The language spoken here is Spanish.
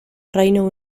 reino